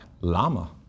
lama